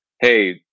hey